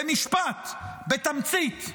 במשפט, בתמצית.